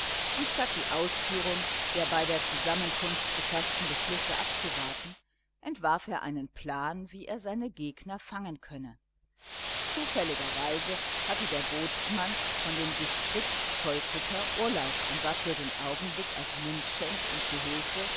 und statt die ausführung der bei der zusammenkunft gefaßten beschlüsse abzuwarten entwarf er einen plan wie er seine gegner fangen könne zufälligerweise hatte der bootsmann von dem distriktzollkutter urlaub und war für den augenblick als mundschenk und gehilfe